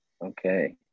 Okay